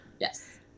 Yes